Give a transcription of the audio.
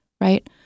right